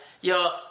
Yo